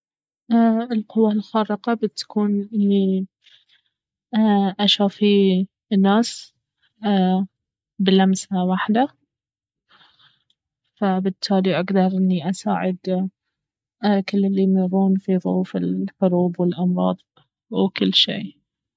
القوة الخارقة بتكون اني اشافي الناس بلمسة وحدة فبالتالي اقدر اني اساعد كل الي يمرون في ظروف الحروب والامراض وكل شي